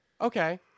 okay